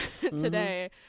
today